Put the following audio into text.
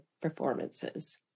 performances